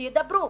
שהן ידברו,